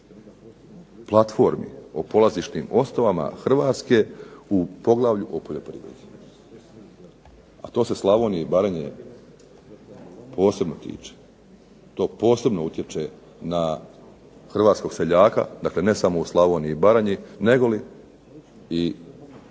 platformi, o polazišnim osnovama Hrvatske u poglavlju o poljoprivredi, a to se Slavonije i Baranje posebno tiče. To posebno utječe na Hrvatskog seljaka, dakle ne samo u Slavoniji i Baranji nego i